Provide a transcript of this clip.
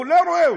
הוא לא רואה אותו.